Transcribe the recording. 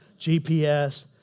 GPS